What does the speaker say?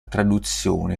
traduzione